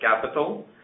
capital